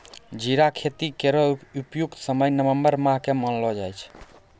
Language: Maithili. जीरा खेती केरो उपयुक्त समय नवम्बर माह क मानलो जाय छै